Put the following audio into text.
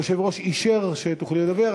היושב-ראש אישר שתוכלי לדבר,